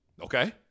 Okay